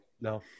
No